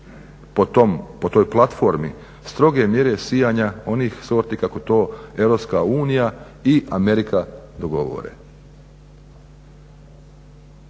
po toj platformi stroge mjere sijanja onih sorti kako to EU i Amerika dogovore.